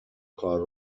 کار